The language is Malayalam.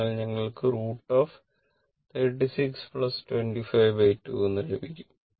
അതിനാൽ ഞങ്ങൾക്ക് 36252 എന്ന് ലഭിക്കും